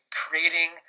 creating